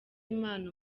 imana